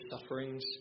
sufferings